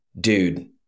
Dude